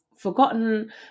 forgotten